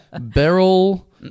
Beryl